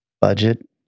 budget